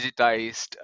digitized